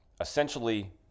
Essentially